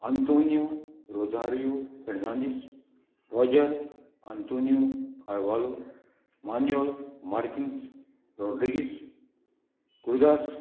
Antonio Rosario Fernandes Roger Antonio Carvalho Manuel Marques Rodrigues Gurudas